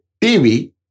TV